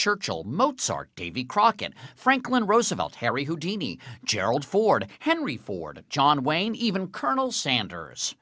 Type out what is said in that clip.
churchill mozart davy crocket franklin roosevelt harry houdini gerald ford henry ford john wayne even colonel sanders